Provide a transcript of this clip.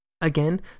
Again